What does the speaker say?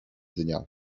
dnia